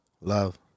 love